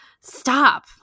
stop